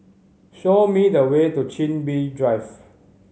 show me the way to Chin Bee Drive